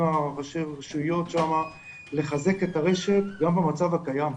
ראשי הרשויות שמה לחזק את הרשת גם במצב הקיים,